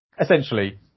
essentially